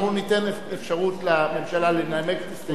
אנחנו ניתן אפשרות לממשלה לנמק את הסתייגותה.